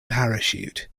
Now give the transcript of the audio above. parachute